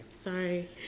Sorry